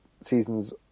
seasons